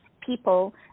people